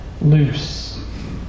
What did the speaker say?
loose